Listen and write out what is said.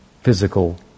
physical